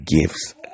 gifts